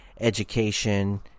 education